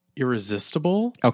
Irresistible